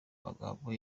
amagambo